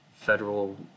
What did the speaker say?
federal